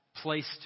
placed